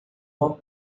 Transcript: uma